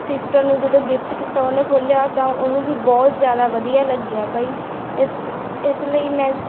sister ਨੂੰ ਜਦੋਂ gift ਕੀਤਾ ਉਹਨੇ ਖੋਲ੍ਹਿਆ ਤਾਂ ਉਹਨੂੰ ਵੀ ਬਹੁਤ ਜ਼ਿਆਦਾ ਵਧੀਆ ਲੱਗਿਆ ਬਈ ਇਸ ਇਸ ਲਈ ਮੈਂ